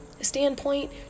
standpoint